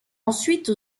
ensuite